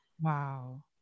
Wow